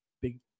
big